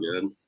good